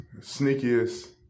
sneakiest